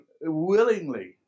willingly